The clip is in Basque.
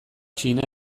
txina